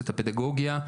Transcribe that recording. את הפדגוגיה.